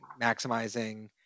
maximizing